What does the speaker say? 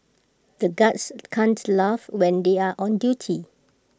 the guards can't laugh when they are on duty